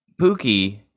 Pookie